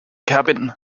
cabin